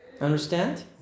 Understand